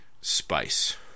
spice